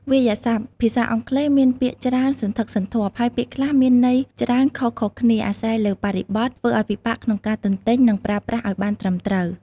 វាក្យសព្ទ ភាសាអង់គ្លេសមានពាក្យច្រើនសន្ធឹកសន្ធាប់ ហើយពាក្យខ្លះមានន័យច្រើនខុសៗគ្នាអាស្រ័យលើបរិបទ ធ្វើឱ្យពិបាកក្នុងការទន្ទេញ និងប្រើប្រាស់ឱ្យបានត្រឹមត្រូវ។